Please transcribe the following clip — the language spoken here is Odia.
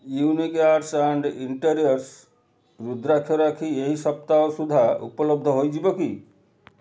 unique arts and interiors Rudraksh Rakhi ଏହି ସପ୍ତାହ ସୁଦ୍ଧା ଉପଲବ୍ଧ ହୋଇଯିବ କି